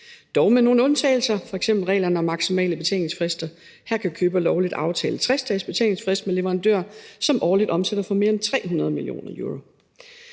dog med nogle undtagelser, f.eks. reglerne om maksimale betalingsfrister. Her kan køber lovligt aftale 60 dages betalingsfrist med leverandører, som årligt omsætter for mere end 300 mio. euro.